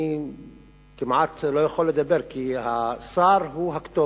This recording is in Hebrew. אני כמעט לא יכול לדבר, כי השר הוא הכתובת.